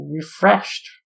refreshed